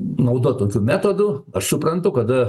naudot tokių metodų aš suprantu kada